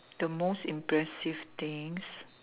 the most impressive things